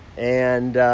and